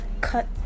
Cut